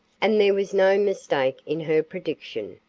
and there was no mistake in her prediction.